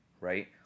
right